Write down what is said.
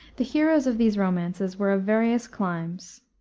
the heroes of these romances were of various climes